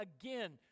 again